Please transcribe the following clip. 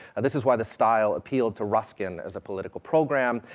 and this is why the style appealed to ruskin as a political program,